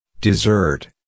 Dessert